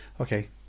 okay